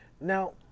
Now